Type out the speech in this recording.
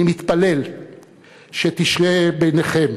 אני מתפלל שתשרה ביניכם